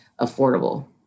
affordable